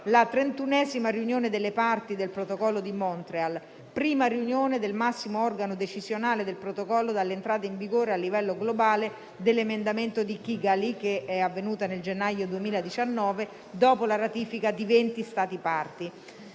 la 31a Riunione delle parti del Protocollo di Montreal, la prima riunione del massimo organo decisionale del protocollo dall'entrata in vigore a livello globale dell'emendamento di Kigali, che è avvenuta nel gennaio 2019 dopo la ratifica di 20 Stati parte.